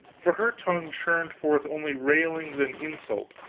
for her tongue churned forth only railings and insult,